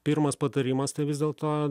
pirmas patarimas tai vis dėlto